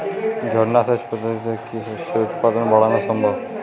ঝর্না সেচ পদ্ধতিতে কি শস্যের উৎপাদন বাড়ানো সম্ভব?